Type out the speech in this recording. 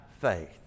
faith